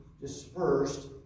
dispersed